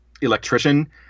Electrician